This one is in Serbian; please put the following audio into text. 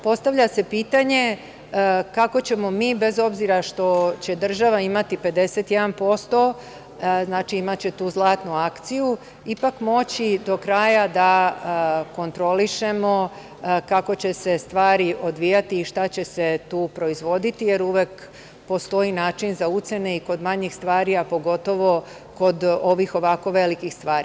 Postavlja se pitanje kako ćemo mi, bez obzira što će država imati 51%, znači, imaće tu zlatnu akciju, ipak moći do kraja da kontrolišemo kako će se stvari odvijati i šta će se tu proizvoditi, jer uvek postoji način za ucene i kod manjih stvari, a pogotovo kod ovih ovako velikih stvari.